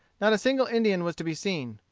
not a single indian was to be seen.